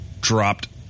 dropped